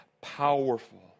powerful